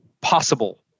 possible